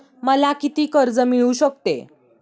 मला किती कर्ज मिळू शकते?